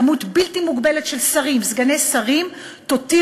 כמות בלתי מוגבלת של שרים וסגני שרים תותיר